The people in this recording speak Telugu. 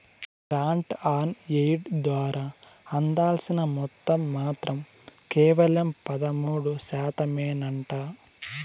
గ్రాంట్ ఆన్ ఎయిడ్ ద్వారా అందాల్సిన మొత్తం మాత్రం కేవలం పదమూడు శాతమేనంట